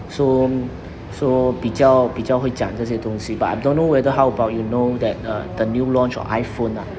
so so 比较比较会讲这些东西 but I don't know whether how about you know that uh the new launch of iphone ah